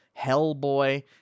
hellboy